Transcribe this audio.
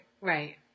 right